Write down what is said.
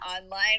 online